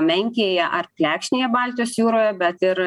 menkėja ar plekšnėje baltijos jūroje bet ir